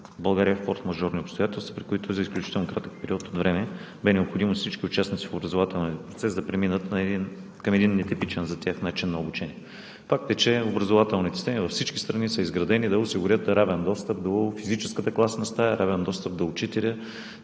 България във форсмажорни обстоятелства, при които за изключително кратък период от време бе необходимо всички участници в образователния процес да преминат към един нетипичен за тях начин на обучение. Факт е, че образователните системи във всички страни са изградени да осигурят равен достъп до физическата класна стая, равен достъп до учителя,